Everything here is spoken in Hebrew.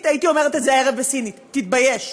הייתי אומרת את זה הערב בסינית: תתבייש.